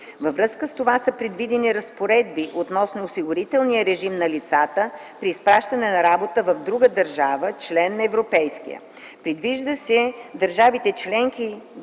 Във връзка с това са предвидени разпоредби относно осигурителния режим на лицата при изпращане на работа в друга държава – член на Европейския